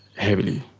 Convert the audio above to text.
heavily.